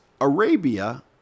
Arabia